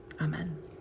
Amen